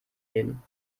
gehen